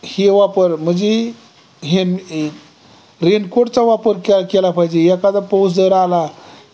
हे वापर म्हणजे हेन रेनकोटचा वापर के केला पाहिजे एखादा पाऊस जर आला